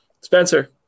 Spencer